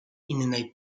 innej